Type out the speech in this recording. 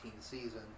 season